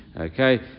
Okay